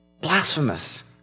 Blasphemous